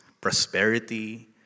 prosperity